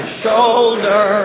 shoulder